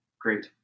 great